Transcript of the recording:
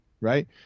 right